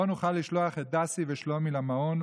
לא נוכל לשלוח את דסי ושלומי למעון.